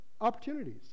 opportunities